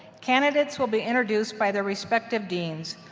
candidates will be introduced by their respective deans.